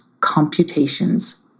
computations